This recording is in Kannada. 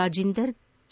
ರಾಜೇಂದರ್ ಕೆ